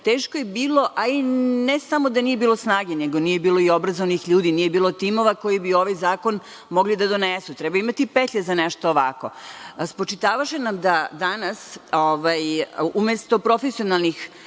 Teško je bilo, a ne samo da nije bilo snage, nego nije ni bilo obrazovanih ljudi, nije bilo timova koji bi ovaj zakon mogli da donesu. Treba imati petlje za nešto ovako. Spočitavaše nam danas da umesto profesionalnih